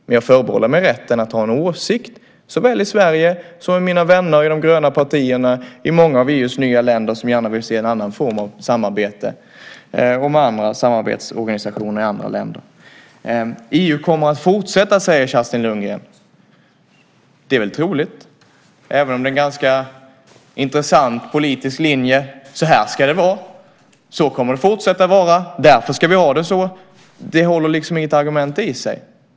Men jag förbehåller mig rätten att ha en åsikt såväl i Sverige som hos mina vänner i de gröna partierna i många av EU:s nya länder som gärna vill se en annan form av samarbete och med andra samarbetsorganisationer i andra länder. EU kommer att fortsätta, säger Kerstin Lundgren. Det är väl troligt, även om det är en ganska intressant politisk linje. Så här ska det vara. Så kommer det att fortsätta att vara. Därför ska vi ha det så. Det innehåller liksom inget argument.